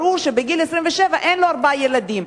ברור שבגיל 27 אין לו ארבעה ילדים.